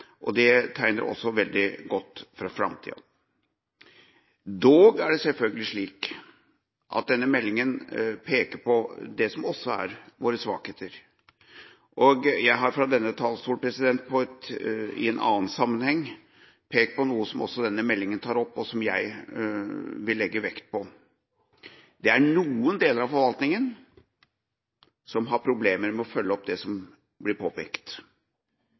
og det tegner også veldig godt for framtida. Dog er det selvfølgelig slik at denne meldinga peker på det som også er våre svakheter. Jeg har fra denne talerstol i en annen sammenheng pekt på noe som også denne meldinga tar opp, og som jeg vil legge vekt på. Det er noen deler av forvaltninga som har problemer med å følge opp det som blir påpekt.